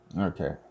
Okay